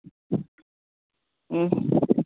ہوں